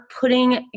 putting